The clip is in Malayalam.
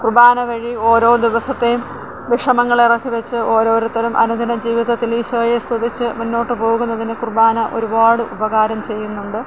കുർബാന വഴി ഓരോ ദിവസത്തെയും വിഷമങ്ങൾ ഇറക്കി വെച്ച് ഓരോരുത്തരും അനുദിനജീവിതത്തില് ഈശോയെ സ്തുതിച്ച് മുന്നോട്ട് പോകുന്നതിന് കുർബാന ഒരുപാട് ഉപകാരം ചെയ്യുന്നുണ്ട്